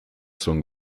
song